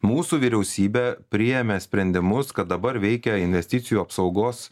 mūsų vyriausybė priėmė sprendimus kad dabar veikia investicijų apsaugos